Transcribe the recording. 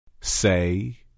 Say